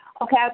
Okay